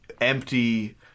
empty